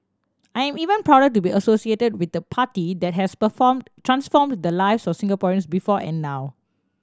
I am even prouder to be associated with the party that has performed transformed the lives of Singaporeans before and now